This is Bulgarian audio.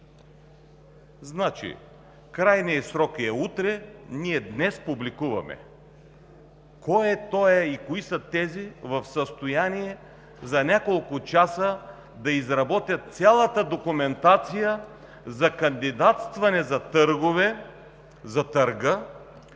Значи, крайният срок е утре, ние днес публикуваме. Кой е този и кои са тези в състояние за няколко часа да изработят цялата документация за кандидатстване за търга, да се